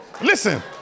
Listen